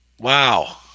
Wow